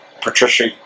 Patricia